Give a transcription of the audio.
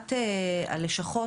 מבחינת הלשכות,